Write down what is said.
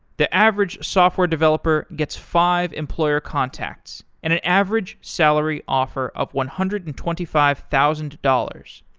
the average software developer gets five employer contacts and an average salary offer of one hundred and twenty five thousand dollars.